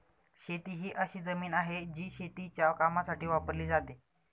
शेती ही अशी जमीन आहे, जी शेतीच्या कामासाठी वापरली जाते